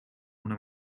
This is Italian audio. una